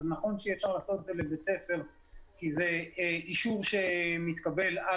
נכון שאי אפשר לעשות את זה לבית ספר כי זה אישור שמתקבל על